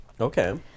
Okay